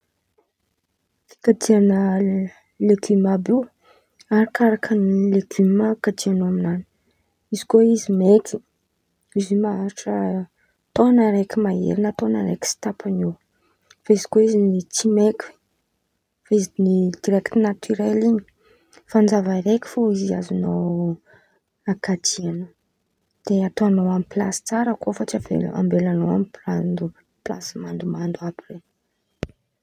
Fikajian̈a legiomo àby io arakaraka ny legiomo kajin̈ao aminany. Izikoa izy maiky izy maharitry taon̈o raiky mahery na taon̈o raiky sy tapan̈y eo, fa izy koa izy tsy maiky fa izy direkity natiorely in̈y fanjava raiky fo izy azon̈ao akajian̈a de ataon̈ao amy plasy tsara koa fa tsy avela-ambelan̈ao amy mando-plasy mandomando àby ren̈y.